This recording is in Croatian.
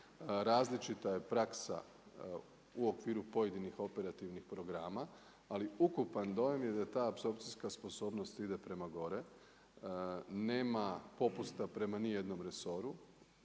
Različita je praksa u okviru pojedinih operativnih programa, ali ukupan dojam je da apsorpcijska sposobnost ide prema gore. Nema popusta prema nijednom resoru,